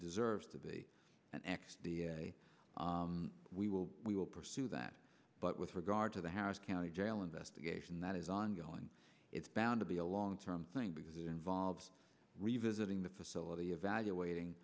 deserves to be an ex we will we will pursue that but with regard to the harris county jail investigation that is ongoing it's bound to be a long term thing because it involves revisiting the facility evaluating